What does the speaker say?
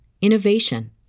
innovation